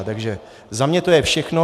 Takže za mě to je všechno.